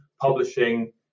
publishing